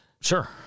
sure